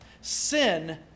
Sin